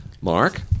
Mark